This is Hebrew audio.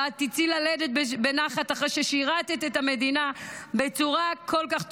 ואת תצאי ללדת בנחת אחרי ששירת את המדינה בצורה כל כך טובה.